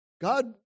God